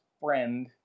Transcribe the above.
friend